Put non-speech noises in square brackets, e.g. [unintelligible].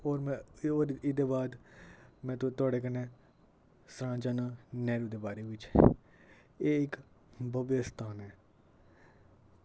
और में और एह्दे बाद में थोआड़े कन्नै सनाना चाह्ना [unintelligible] दे बारे विच एह् इक भव्य स्थान ऐ